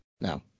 No